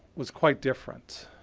was quite different.